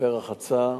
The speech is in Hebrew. בחופי רחצה,